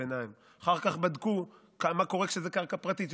אחר כך בדקו מה קורה כשזה קרקע פרטית.